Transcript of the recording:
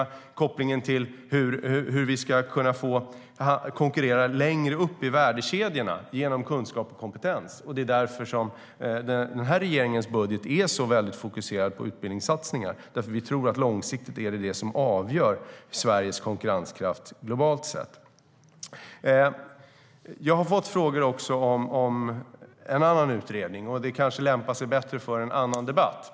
Det handlar om kopplingen till hur vi ska kunna få konkurrera längre upp i värdekedjorna genom kunskap och kompetens. Det är därför denna regerings budget är så fokuserad på utbildningssatsningar. Långsiktigt tror vi att det är det som avgör Sveriges konkurrenskraft globalt sett. Jag har fått frågor om en annan utredning, och de kanske lämpar sig bättre för en annan debatt.